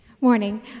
Morning